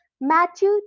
Matthew